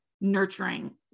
nurturing